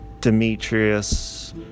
demetrius